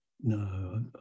No